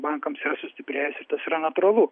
bankams yra susitiprėjęs ir tas yra natūralu